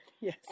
Yes